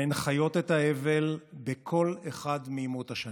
והן חיות את האבל בכל אחד מימות השנה.